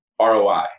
ROI